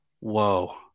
Whoa